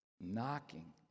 knocking